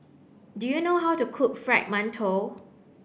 do you know how to cook fried mantou